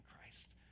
Christ